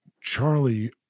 Charlie